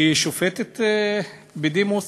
שהיא שופטת בדימוס,